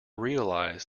realize